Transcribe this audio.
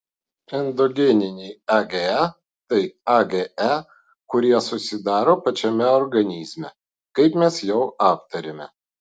endogeniniai age tai age kurie susidaro pačiame organizme kaip mes jau aptarėme